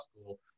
school